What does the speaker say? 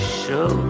show